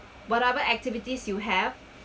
whatever activities you have